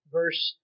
verse